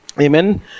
Amen